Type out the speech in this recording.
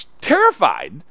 terrified